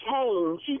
change